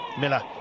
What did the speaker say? Miller